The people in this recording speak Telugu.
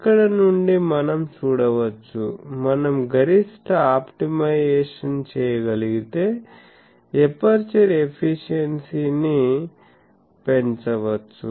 ఇక్కడ నుండి మనం చూడవచ్చు మనం గరిష్ట ఆప్టిమైజేషన్ చేయగలిగితే ఎపర్చరు ఎఫిషియెన్సీ ని పెంచవచ్చు